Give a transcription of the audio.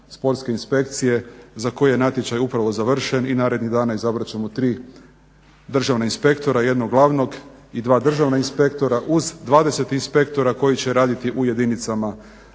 Sportske inspekcije za koju je natječaj upravo završen i narednih dana izabrat ćemo tri državna inspektora. Jednog glavnog i dva državna inspektora uz 20 inspektora koji će raditi u područnim